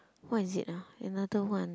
what is it ah another one